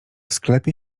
sklepie